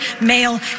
male